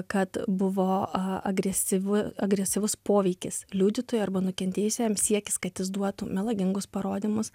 kad buvo a agresyvu agresyvus poveikis liudytojui arba nukentėjusiajam siekis kad jis duotų melagingus parodymus